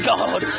God